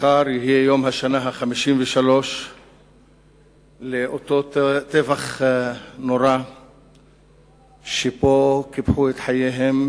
מחר יהיה יום השנה ה-53 לאותו טבח נורא שבו קיפחו את חייהם